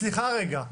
סליחה, רגע.